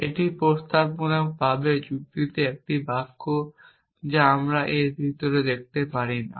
এটি প্রস্তাবনামূলক যুক্তিতে একটি বাক্য যা আমি এর ভিতরে দেখতে পারি না